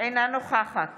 אינה נוכחת